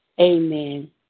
Amen